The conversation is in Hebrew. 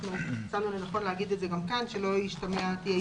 אנחנו מצאנו לנכון לומר את זה גם כאן כדי שלא ישתמע אחרת.